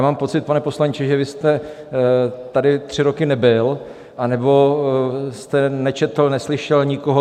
Mám pocit, pane poslanče, že vy jste tady tři roky nebyl anebo jste nečetl, neslyšel nikoho.